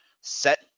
set